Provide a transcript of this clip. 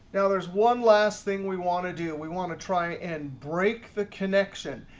now there's one last thing we want to do, we want to try and break the connection,